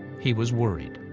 he was worried.